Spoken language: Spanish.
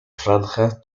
franjas